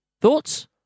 Thoughts